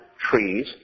trees